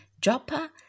Joppa